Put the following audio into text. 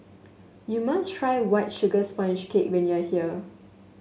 you must try White Sugar Sponge Cake when you are here